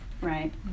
Right